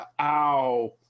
ow